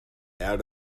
out